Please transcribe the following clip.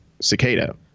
Cicada